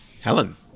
Helen